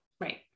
Right